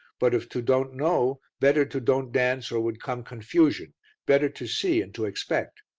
but if to don't know, better to don't dance or would come confusion better to see and to expect.